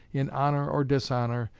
in honor or dishonor,